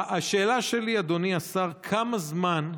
השאלה שלי, אדוני השר, היא כמה זמן,